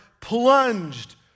plunged